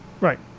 Right